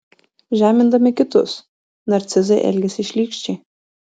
žemindami kitus narcizai elgiasi šlykščiai